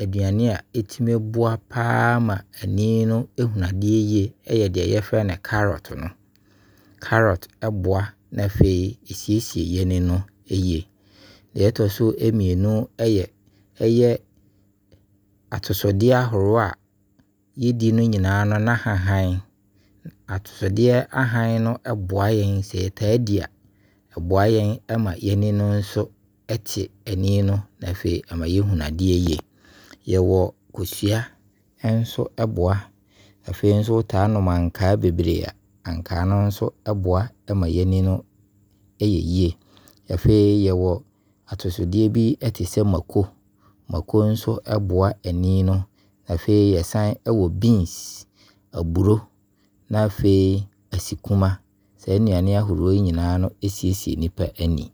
aduane a ɛtumi boa paa paa ma ani no ɛhunu adeɛ yie ɛyɛ deɛ yɛfrɛ no 'carrot' no 'Carrot' boa na afei ɛsiesie y'ani no yie. Deɛ ɛtɔ so mmienu, ɛyɛ ɛyɛ atosodeɛ ahoroɔ a yɛdi no nyinss na hahan. Atosodeɛ na hane no boa yɛn sɛ yɛtaa di a, ɛboa yɛn sɛ yɛtaa di a,ɛboa yɛn ma y'ani no so, ɛte ani no na afei ɛma yɛhunu adeɛ yie. Yɛwɔ Kosua nso boa. Afei nso wo taa nom Ankaa bebree a, Ankaa no nso boa ma y'ani no ɛyɛ yie. Afei yɛwɔ atosodeɛ bi te sɛ maako, maako nso boa ani no. Afei nso, yɛsane ɛwɔ 'beans', Aburo na afei Asikuma. Saa nnuane ahoroɔ yi nyinaa siesie nipa ani.